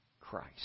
Christ